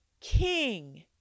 King